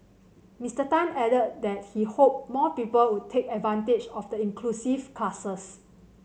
Mister Tan added that he hoped more people would take advantage of the inclusive classes